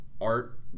art